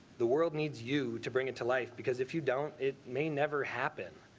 the world needs you to bring it to life. because if you don't, it may never happen.